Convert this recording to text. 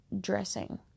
dressing